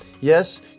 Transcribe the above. Yes